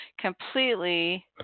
completely